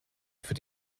für